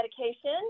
medication